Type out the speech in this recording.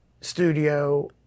studio